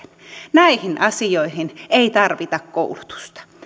näihin asioihin ei tarvita koulutusta